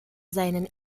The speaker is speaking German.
seinen